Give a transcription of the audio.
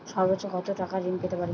সর্বোচ্চ কত টাকা ঋণ পেতে পারি?